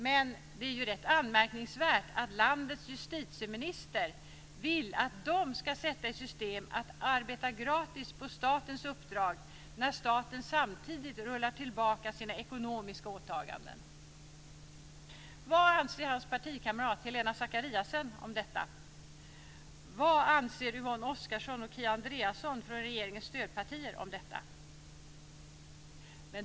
Men det är ju rätt anmärkningsvärt att landets justitieminister vill att de ska sätta i system att arbeta gratis på statens uppdrag när staten samtidigt rullar tillbaka sina ekonomiska åtaganden. Vad anser hans partikamrat Helena Zakariasén om detta? Vad anser Yvonne Oscarsson och Kia Andreasson från regeringens stödpartier om detta?